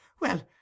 well